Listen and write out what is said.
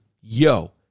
Yo